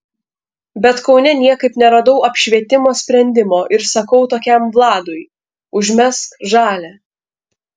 bet kaune niekaip neradau apšvietimo sprendimo ir sakau tokiam vladui užmesk žalią